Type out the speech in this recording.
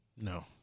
no